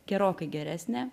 gerokai geresnė